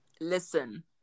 Listen